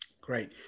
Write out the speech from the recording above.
Great